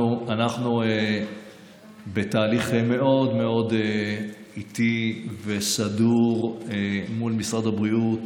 אנחנו בתהליך מאוד מאוד איטי וסדור מול משרד הבריאות